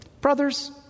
Brothers